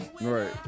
right